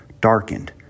darkened